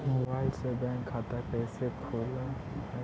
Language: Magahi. मोबाईल से बैक खाता कैसे खुल है?